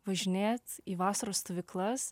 važinėt į vasaros stovyklas